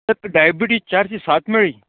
diabetes चारशीं सात मेळ्ळी